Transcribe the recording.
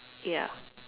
ya